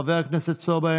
חבר הכנסת סובה,